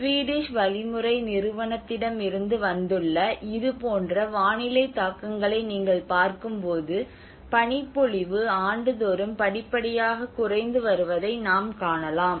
Swedish வழிமுறை நிறுவனத்திடமிருந்து வந்துள்ள இது போன்ற வானிலை தாக்கங்களை நீங்கள் பார்க்கும்போது பனிப்பொழிவு ஆண்டுதோறும் படிப்படியாகக் குறைந்து வருவதை நாம் காணலாம்